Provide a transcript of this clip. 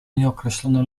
nieokreślony